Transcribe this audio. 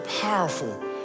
powerful